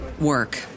work